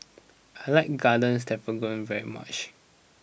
I like Garden Stroganoff very much